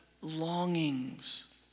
longings